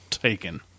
Taken